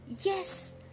Yes